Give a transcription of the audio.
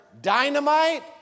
dynamite